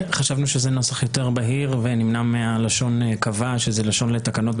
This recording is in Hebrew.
חשבנו שזה נוסח יותר בהיר ונמנע מהלשון קבע שזו לשון לתקנות,